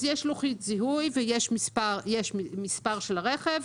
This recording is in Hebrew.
אז יש לוחית זיהוי ויש מספר של רכב,